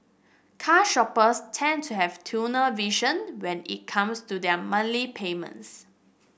car shoppers tend to have tunnel vision when it comes to their monthly payments